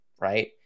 right